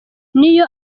niyo